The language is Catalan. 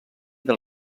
del